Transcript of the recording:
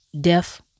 deaf